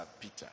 Peter